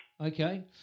Okay